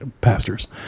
pastors